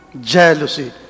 Jealousy